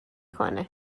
کنه